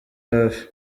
hafi